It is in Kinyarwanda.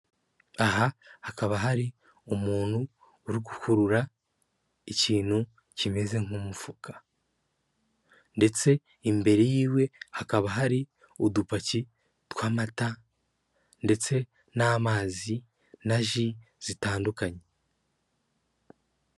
Aha hakaba hari umuntu uri gukurura ikintu kimeze nk'umufuka ndetse imbere y'iwe hakaba hari udupaki tw'amata ndetse n'amazi na ji zitandukanye.